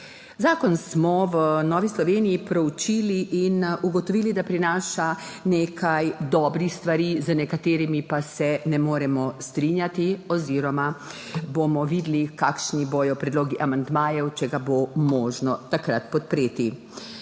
Zakon smo v Novi Sloveniji proučili in ugotovili, da prinaša nekaj dobrih stvari, z nekaterimi pa se ne moremo strinjati oziroma bomo videli, kakšni bodo predlogi amandmajev, če ga bo možno takrat podpreti.